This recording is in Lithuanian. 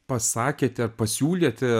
pasakėte pasiūlėte